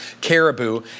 caribou